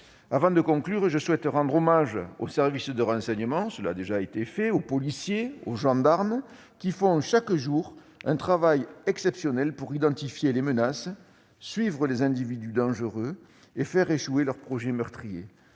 Avant de conclure, je souhaite rendre hommage aux services de renseignement- cela a déjà été fait -, aux policiers, aux gendarmes, qui font chaque jour un travail exceptionnel pour identifier les menaces, suivre les individus dangereux et faire échouer leurs projets meurtriers.